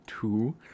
two